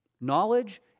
knowledge